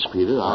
Peter